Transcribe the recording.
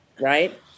Right